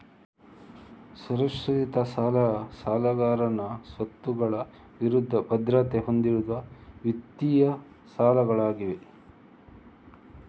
ಅಸುರಕ್ಷಿತ ಸಾಲಗಳು ಸಾಲಗಾರನ ಸ್ವತ್ತುಗಳ ವಿರುದ್ಧ ಭದ್ರತೆ ಹೊಂದಿರದ ವಿತ್ತೀಯ ಸಾಲಗಳಾಗಿವೆ